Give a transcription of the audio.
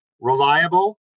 reliable